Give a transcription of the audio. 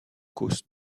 causse